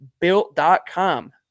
Built.com